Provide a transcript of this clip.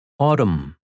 Autumn